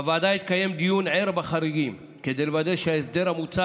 בוועדה התקיים דיון ער בחריגים כדי לוודא שההסדר המוצע